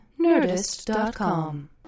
Nerdist.com